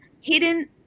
hidden